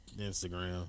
Instagram